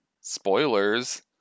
spoilers